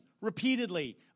repeatedly